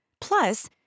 Plus